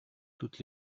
toutes